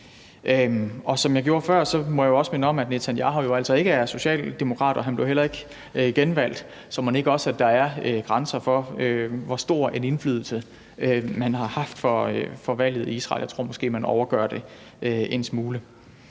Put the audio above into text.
Og som jeg gjorde før, må jeg også her minde om, at Netanyahu jo altså ikke er socialdemokrat, og han blev heller ikke genvalgt. Så mon ikke også der er grænser for, hvor stor en indflydelse man har haft på valget i Israel. Jeg tror måske, at man overdriver det en smule.